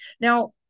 Now